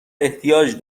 احتیاج